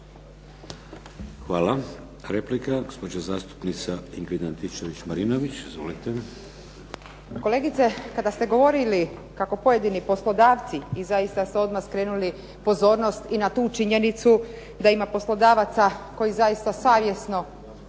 Hvala. Replika gospođa zastupnica Ingrid Antičević-Marinović. **Antičević Marinović, Ingrid (SDP)** Kolegice kada ste govorili kako pojedini poslodavci, i zaista ste odmah skrenuli pozornost na tu činjenicu da ima poslodavaca koji zaista savjesno